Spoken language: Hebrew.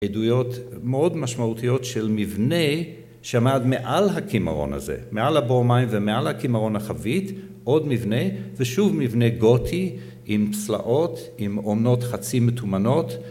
עדויות מאוד משמעותיות של מבנה שעמד מעל הקימרון הזה, מעל הבור מים ומעל הקימרון, החבית, עוד מבנה. ושוב, מבנה גותי, עם צלעות, עם אומנות חצי מתומנות...